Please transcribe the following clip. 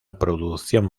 producción